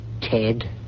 Ted